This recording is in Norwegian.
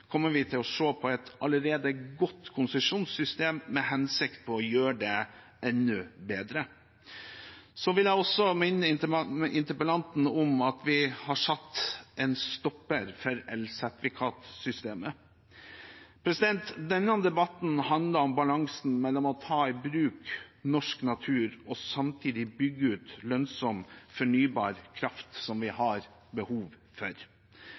kommer vi til å se på et allerede godt konsesjonssystem i den hensikt å gjøre den enda bedre. Så vil jeg også minne interpellanten om at vi har satt en stopper for elsertifikatsystemet. Denne debatten handler om balansen mellom å ta i bruk norsk natur og samtidig bygge ut lønnsom fornybar kraft som vi har behov for.